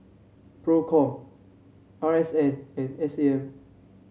Procom R S N and S A M